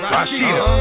Rashida